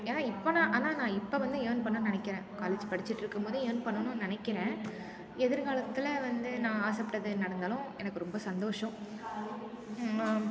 ஏன்னா இப்போ நான் ஆனால் நான் இப்போ வந்து இயர்ன் பண்ணும் நினைக்கிறேன் காலேஜ் படிச்சிகிட்டுருக்கும்போதே இயர்ன் பண்ணனும் நினைக்கிறேன் எதிர்காலத்தில் வந்து நான் ஆசைப்பட்டது நடந்தாலும் எனக்கு ரொம்ப சந்தோஷம்